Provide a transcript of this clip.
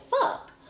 fuck